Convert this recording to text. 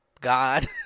God